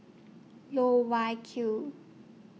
Loh Wai Kiew